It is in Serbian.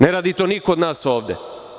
Ne radi to niko od nas ovde.